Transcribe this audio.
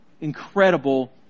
incredible